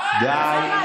די.